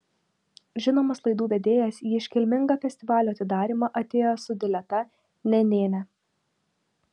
žinomas laidų vedėjas į iškilmingą festivalio atidarymą atėjo su dileta nenėne